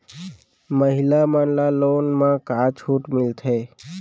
महिला मन ला लोन मा का छूट मिलथे?